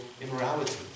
immorality